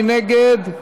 מי נגד?